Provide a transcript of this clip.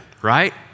Right